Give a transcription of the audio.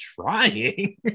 trying